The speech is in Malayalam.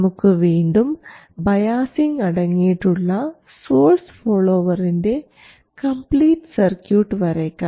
നമുക്ക് വീണ്ടും ബയാസിംഗ് അടങ്ങിയിട്ടുള്ള സോഴ്സ് ഫോളോവറിൻറെ കംപ്ലീറ്റ് സർക്യൂട്ട് വരയ്ക്കാം